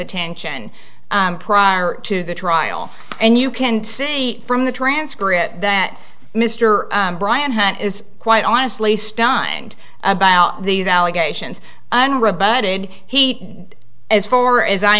attention prior to the trial and you can see from the transcript that mr bryan hunt is quite honestly stunned about these allegations and rebutted he as far as i